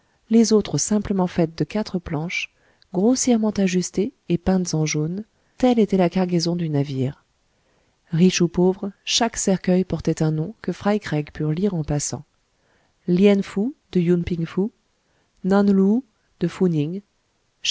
les autres simplement faites de quatre planches grossièrement ajustées et peintes en jaune telle était la cargaison du navire riche ou pauvre chaque cercueil portait un nom que fry craig purent lire en passant lien fou de yun ping fu nan loou de fou ning